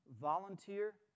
volunteer